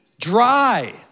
dry